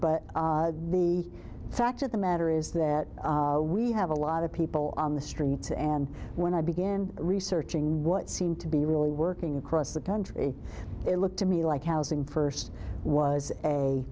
but the fact of the matter is that we have a lot of people on the streets and when i began researching what seemed to be really working across the country it looked to me like housing first was a